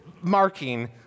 marking